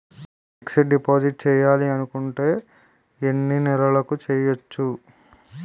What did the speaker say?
Fixed deposit చేయాలి అనుకుంటే ఎన్నే నెలలకు చేయొచ్చు?